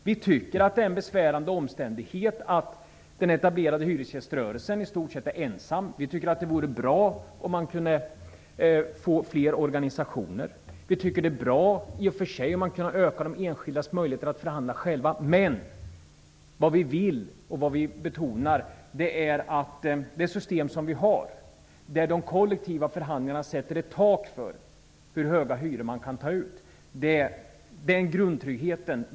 Vi tycker att det är en besvärande omständighet att den etablerade hyresgäströrelsen i stort sett är ensam. Vi tycker att det vore bra om det kunde bli fler organisationer. Vi tycker att det i och för sig vore bra om man kunde öka de enskildas möjligheter att förhandla själva, men vad vi vill och betonar är att vi vill behålla den grundtrygghet som ligger i nuvarande system, där de kollektiva förhandlingarna sätter ett tak för hur höga hyror man kan ta ut.